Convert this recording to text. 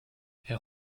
herr